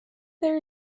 there